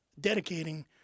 dedicating